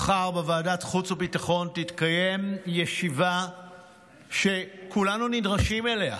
מחר בוועדת חוץ וביטחון תתקיים ישיבה שכולנו נדרשים אליה,